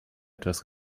etwas